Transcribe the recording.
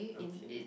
okay